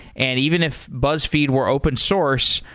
and even if buzzfeed were open source,